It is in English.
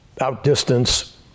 outdistance